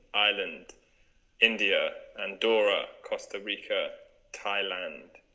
ireland india and dora costa rica thailand